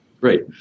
Great